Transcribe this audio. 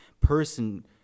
person